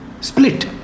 split